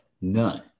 none